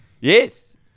Yes